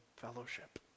Fellowship